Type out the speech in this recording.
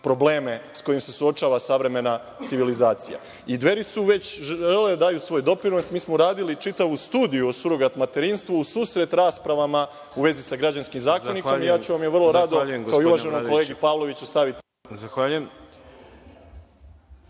probleme sa kojima se suočava savremena civilizacija. Dveri su već želele da daju svoj doprinos. Mi smo uradili čitavu studiju o surogat materinstvu u susret raspravama u vezi sa građanskim zakonikom i ja ću vam je vrlo rado, kao i uvaženom kolegi Pavloviću, staviti